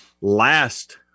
last